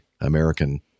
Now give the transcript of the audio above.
american